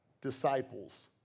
disciples